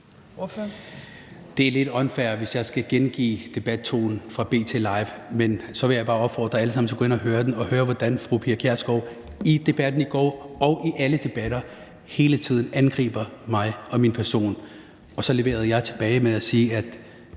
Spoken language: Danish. Det er lidt unfair, hvis jeg skal gengive debattonen fra B.T. Live, men så vil jeg bare opfordre jer alle sammen til at gå ind og høre den og høre, hvordan fru Pia Kjærsgaard i debatten i går og i alle debatter hele tiden angriber mig og min person, og så leverede jeg tilbage med at sige